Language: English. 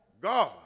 God